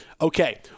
okay